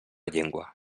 llengua